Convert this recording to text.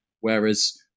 Whereas